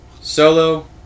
Solo